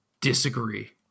Disagree